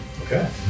Okay